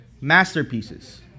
masterpieces